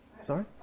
Sorry